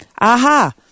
Aha